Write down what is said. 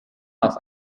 auf